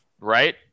right